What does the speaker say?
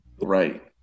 right